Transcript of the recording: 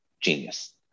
genius